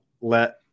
let